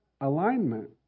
alignment